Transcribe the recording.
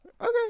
Okay